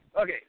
okay